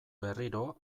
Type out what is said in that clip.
berriro